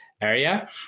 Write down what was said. area